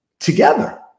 together